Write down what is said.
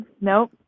Nope